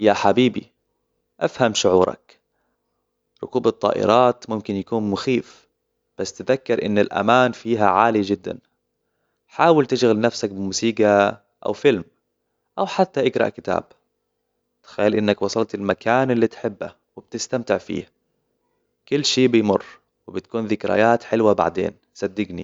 يا حبيبي، أفهم شعورك ركوب الطائرات ممكن يكون مخيف بس تذكر إن الأمان فيها عالي جداً حاول تشغل نفسك بموسيقى أو فيلم أو حتى إقرأ كتاب تخيل إنك وصلت المكان اللي تحبه وتستمتع فيه كل شي بيمر وبتكون ذكريات حلوة بعدين صدقني